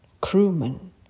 Crewman